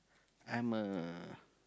I'm a